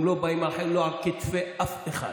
הם לא חיים על כתפי אף אחד.